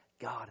God